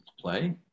play